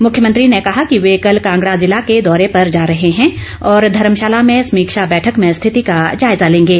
मुख्यमंत्री ने कहा कि वे कल कांगड़ा जिला के दौरे पर जा रहे है और धर्मशाला में समीक्षा बैठक में स्थिति का जायजा लेंगे